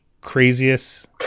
craziest